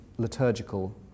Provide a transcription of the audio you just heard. liturgical